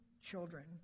children